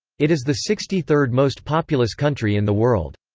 it is the sixty third most populous country in the world.